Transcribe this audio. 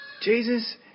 Jesus